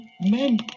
men